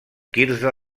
quirze